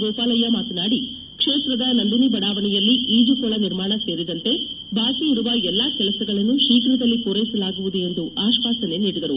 ಗೋಪಾಲಯ್ಯ ಮಾತನಾದಿ ಕ್ಷೇತ್ರದ ನಂದಿನಿ ಬಡಾವಣೆಯಲ್ಲಿ ಈಜು ಕೊಳ ನಿರ್ಮಾಣ ಸೇರಿದಂತೆ ಬಾಕಿ ಇರುವ ಎಲ್ಲ ಕೆಲಸಗಳನ್ನು ಶೀಫ್ರದಲ್ಲಿ ಪೂರೈಸಲಾಗುವುದು ಎಂದು ಆಶ್ವಾಸನೆ ನೀಡಿದರು